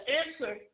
answer